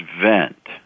vent